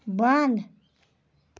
بنٛد